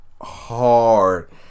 Hard